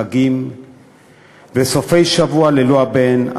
חגים וסופי-שבוע ללא הבן,